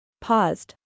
Paused